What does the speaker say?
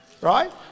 right